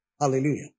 Hallelujah